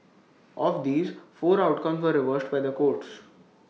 of these four outcomes were reversed by the courts